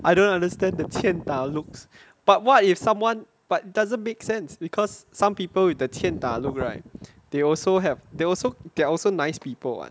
I don't understand the 欠打 looks but what if someone but doesn't make sense because some people with the 欠打 look right they also have they also they are also nice people [what]